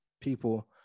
people